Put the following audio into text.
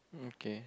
okay